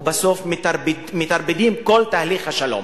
ובסוף מטרפדים את כל תהליך השלום?